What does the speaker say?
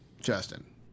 Justin